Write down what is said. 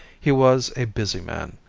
he was a busy man,